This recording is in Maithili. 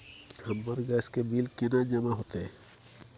हमर गैस के बिल केना जमा होते?